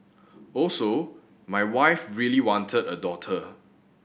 also my wife really wanted a daughter